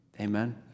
Amen